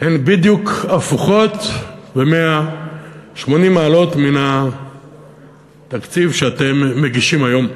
הן בדיוק הפוכות ב-180 מעלות מן התקציב שאתם מגישים היום.